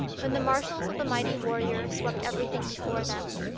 when the marshals of the mighty warrior swept everything before them.